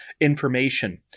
information